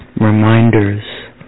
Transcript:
reminders